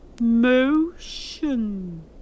motion